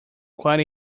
quite